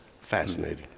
fascinating